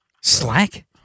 Slack